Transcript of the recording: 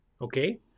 okay